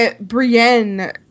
Brienne